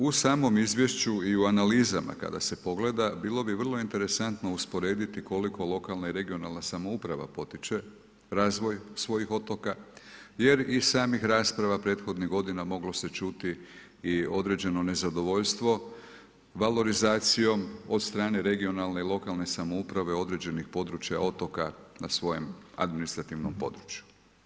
U samom izvješću i u analizama kada se pogleda bilo bi vrlo interesantno usporediti koliko lokalna i regionalna samouprava potiče razvoj svojih otoka jer iz samih rasprava prethodnih godina moglo se čuti i određeno nezadovoljstvo valorizacijom od strane regionalne i lokalne samouprave određenih područja otoka na svojem administrativnom području.